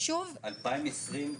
2020,